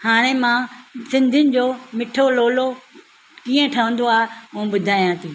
हाणे मां सिंधियुनि जो मिठो लोलो कीअं ठहंदो आहे उहा ॿुधायां थी